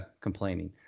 complaining